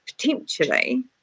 potentially